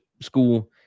school